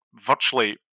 virtually